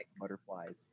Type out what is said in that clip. butterflies